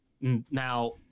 Now